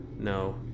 No